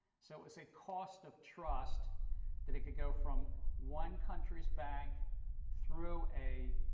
so it's a cost of trust that it could go from one country's bank through a